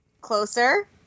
Closer